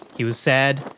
he was sad,